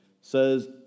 says